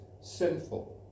sinful